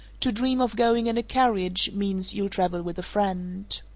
to dream of going in a carriage means you'll travel with a friend.